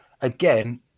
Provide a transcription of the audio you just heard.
Again